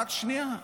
רק שנייה.